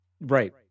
Right